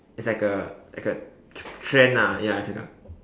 it's like a like a trend ah ya it's like a